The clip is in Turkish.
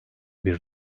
bir